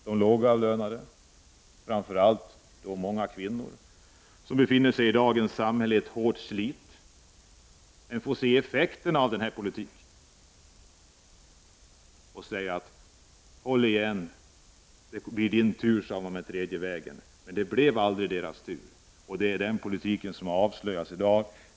De lågavlönade, framför allt många kvinnor, har i dagens samhälle ett hårt slit och drabbas av effekterna av denna politik. Till dem har man sagt: Håll ut! Det blir din tur med den tredje vägens politik. Men det blev aldrig deras tur. Det är den politiken som i dag avslöjas.